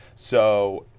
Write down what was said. so,